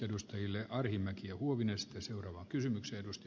ja se on kyllä huima saavutus